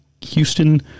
Houston